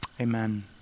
Amen